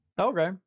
Okay